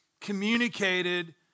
communicated